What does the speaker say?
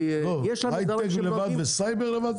כי יש לנו דברים --- אתם רוצים הייטק לבד וסייבר לבד?